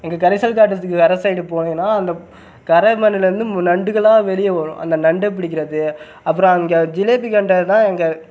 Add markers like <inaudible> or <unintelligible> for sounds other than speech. எங்கள் கரிசல் காட்டு <unintelligible> கரை சைடு போனீங்கன்னா அந்த கரை மண்ணுலேருந்து நண்டுகளாக வெளியே வரும் அந்த நண்டை பிடிக்கிறது அப்புறம் அங்கே ஜிலேபி கெண்டை தான் அங்கே